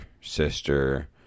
sister